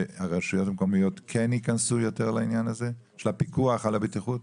שהרשויות המקומיות כן ייכנסו יותר לעניין הזה של הפיקוח על הבטיחות?